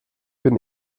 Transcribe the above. bin